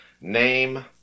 Name